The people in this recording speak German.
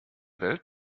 welt